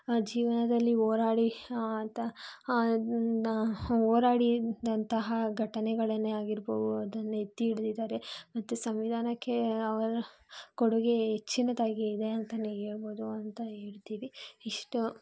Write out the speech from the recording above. ಜೀವನದಲ್ಲಿ ಹೋರಾಡಿ ಆತ ಹೋರಾಡಿದಂತಹ ಘಟನೆಗಳನ್ನೇ ಆಗಿರ್ಬೌದ್ ಅದನ್ನ ಎತ್ತಿ ಹಿಡ್ದಿದಾರೆ ಮತ್ತು ಸಂವಿಧಾನಕ್ಕೆ ಅವರ ಕೊಡುಗೆ ಹೆಚ್ಚಿನದಾಗಿ ಇದೆ ಅಂತಲೇ ಹೇಳ್ಬೌದು ಅಂತ ಹೇಳ್ತಿವಿ ಇಷ್ಟು